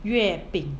月饼